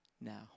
now